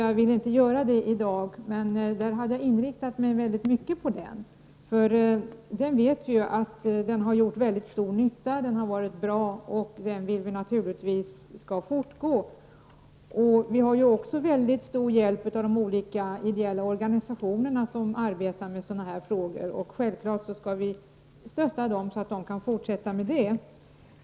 Jag ville inte göra det i dag, men vid den förra debatten hade jag inriktat mig mycket på informationen. Vi vet ju att informationen har gjort mycket stor nytta. Den har varit bra, och vi vill naturligtvis att den skall fortgå. Vi har också mycket stor hjälp av de olika ideella organisationerna som arbetar med dessa frågor. Självfallet skall vi stötta dessa organisationer, så att de kan fortsätta med arbetet.